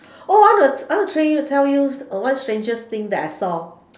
oh I want to I want to actually tell you one strangest thing that I saw